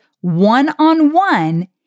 one-on-one